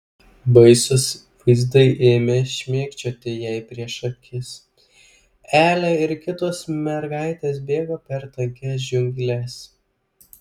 baisūs vaizdai ėmė šmėkščioti jai prieš akis elė ir kitos mergaitės bėgo per tankias džiungles